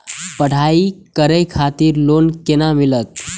पढ़ाई करे खातिर लोन केना मिलत?